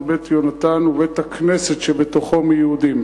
"בית יהונתן" ובית-הכנסת שבתוכו מיהודים,